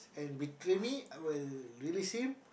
and betray me I will release him